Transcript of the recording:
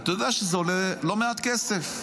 אתה יודע שזה עולה לא מעט כסף.